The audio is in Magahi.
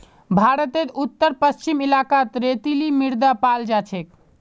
भारतेर उत्तर पश्चिम इलाकात रेतीली मृदा पाल जा छेक